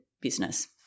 business